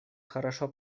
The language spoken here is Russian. хорошо